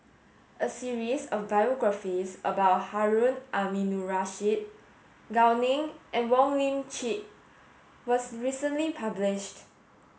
a series of biographies about Harun Aminurrashid Gao Ning and Wong Lip Chin was recently published